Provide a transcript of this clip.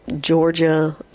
Georgia